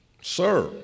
Sir